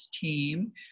team